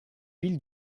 ville